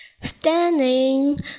standing